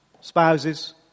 spouses